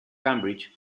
cambridge